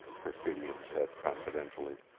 perfidion said confidentially.